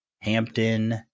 Hampton